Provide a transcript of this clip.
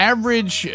Average